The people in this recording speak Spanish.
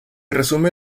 resume